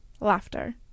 Laughter